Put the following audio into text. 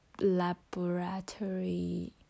laboratory